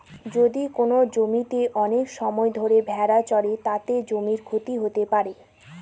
যদি কোনো জমিতে অনেক সময় ধরে ভেড়া চড়ে, তাতে জমির ক্ষতি হতে পারে